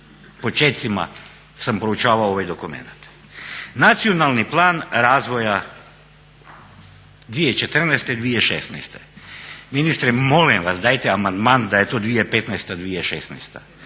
počecima sam proučavao ovaj dokumenat. Nacionalni plan razvoja 2014.-2016. Ministre molim vas dajte amandman da je to 2015.-2016.